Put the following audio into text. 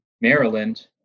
Maryland